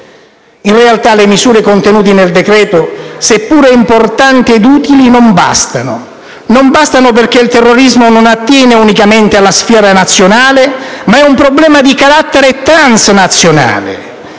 In realtà, le misure contenute nel decreto-legge, seppure importanti ed utili, non bastano. Non bastano perché il terrorismo non attiene unicamente alla sfera nazionale, ma è un problema di carattere transnazionale.